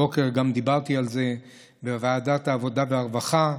הבוקר גם דיברתי על זה בוועדת העבודה והרווחה,